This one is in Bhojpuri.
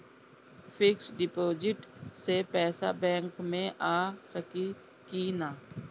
फिक्स डिपाँजिट से पैसा बैक मे आ सकी कि ना?